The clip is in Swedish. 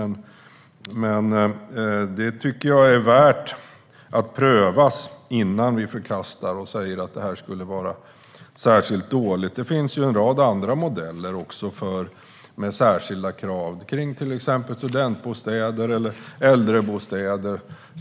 Jag tycker att det är värt att pröva det innan vi förkastar det och säger att det skulle vara särskilt dåligt. Det finns också en rad andra modeller där man ställer särskilda krav på hyresgästerna, till exempel studentbostäder och äldrebostäder.